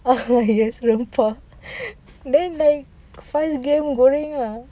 ah yes rempah then like fast game boring lah